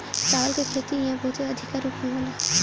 चावल के खेती इहा बहुते अधिका रूप में होला